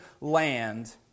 land